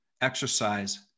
exercise